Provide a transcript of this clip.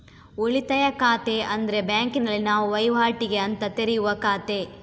ಉಳಿತಾಯ ಖಾತೆ ಅಂದ್ರೆ ಬ್ಯಾಂಕಿನಲ್ಲಿ ನಾವು ವೈವಾಟಿಗೆ ಅಂತ ತೆರೆಯುವ ಖಾತೆ